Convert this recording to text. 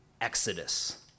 Exodus